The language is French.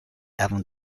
avant